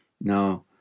now